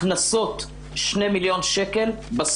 הכנסות 2 מיליון שקל,